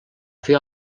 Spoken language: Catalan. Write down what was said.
fer